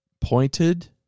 pointed